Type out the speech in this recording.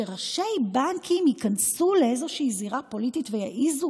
שראשי בנקים ייכנסו לאיזושהי זירה פוליטית ויעזו